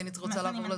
כי אני רוצה לעבור,